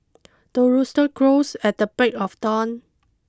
the rooster crows at the break of dawn